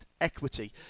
equity